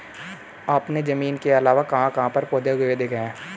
आपने जमीन के अलावा कहाँ कहाँ पर पौधे उगे हुए देखे हैं?